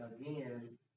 again